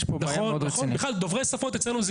לאנשים.